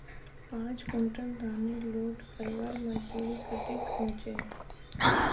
पाँच कुंटल धानेर लोड करवार मजदूरी कतेक होचए?